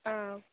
ஆ